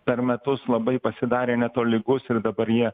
per metus labai pasidarė netolygus ir dabar jie